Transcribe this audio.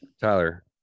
Tyler